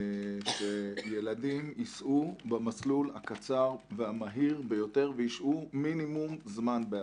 שילדים ייסעו במסלול הקצר והמהיר ביותר וישהו מינימום זמן בהסעה.